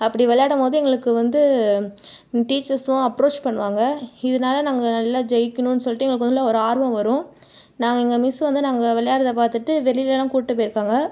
அப்படி விளையாடும் போது எங்களுக்கு வந்து டீச்சர்ஸும் அப்ரோச் பண்ணுவாங்க இதனால் நாங்கள் நல்லா ஜெயிக்கணும்னு சொல்லிவிட்டு எங்களுக்குள்ளே ஒரு ஆர்வம் வரும் நாங்கள் எங்கள் மிஸ் வந்து நாங்கள் விளையாடறதை பார்த்துட்டு வெளியிலேலாம் கூட்டிட்டு போயிருக்காங்க